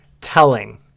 telling